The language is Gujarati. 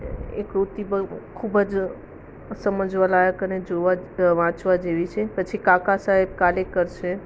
એ કૃતિ બહુ ખૂબ જ સમજવાલાયક અને જોવા વાંચવા જેવી છે પછી કાકાસાહેબ કાલેલકર છે